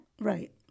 Right